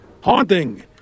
haunting